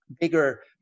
bigger